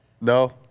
No